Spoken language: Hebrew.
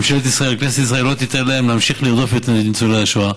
ממשלת ישראל וכנסת ישראל לא ייתנו להם להמשיך לרדוף את ניצולי השואה.